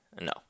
No